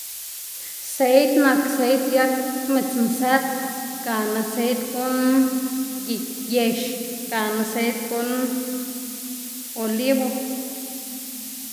seit nak seit yag midz nsët gana seit guꞌn yex gana seit guꞌn olivo.